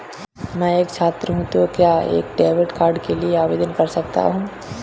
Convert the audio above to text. मैं एक छात्र हूँ तो क्या क्रेडिट कार्ड के लिए आवेदन कर सकता हूँ?